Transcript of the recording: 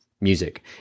music